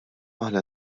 aħna